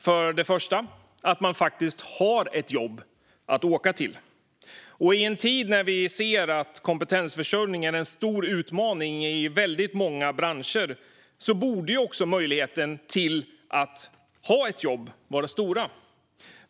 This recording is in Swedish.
Först och främst: att man faktiskt har ett jobb att åka till. I en tid när vi ser att kompetensförsörjningen är en stor utmaning i väldigt många branscher borde möjligheten att ha ett jobb vara stor.